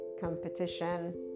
competition